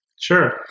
Sure